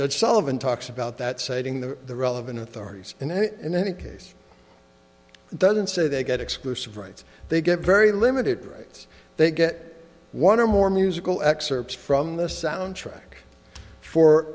judge sullivan talks about that citing the the relevant authorities and in any case doesn't say they get exclusive rights they get very limited rights they get one or more musical excerpts from the soundtrack for